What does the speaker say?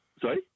Sorry